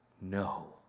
No